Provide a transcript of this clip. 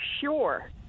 sure